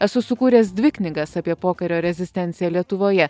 esu sukūręs dvi knygas apie pokario rezistenciją lietuvoje